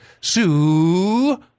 Sue